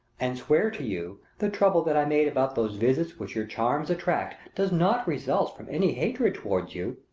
and swear to you, the trouble that i made about those visits which your charms attract, does not result from any hatred toward you,